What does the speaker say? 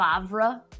Favre